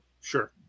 Sure